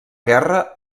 guerra